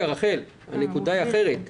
הנקודה היא אחרת.